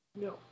No